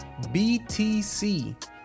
BTC